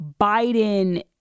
Biden